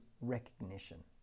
recognition